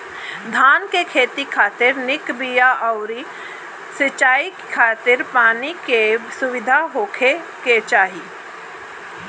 धान के खेती खातिर निक बिया अउरी सिंचाई खातिर पानी के सुविधा होखे के चाही